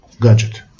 gadget